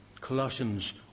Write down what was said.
Colossians